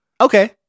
Okay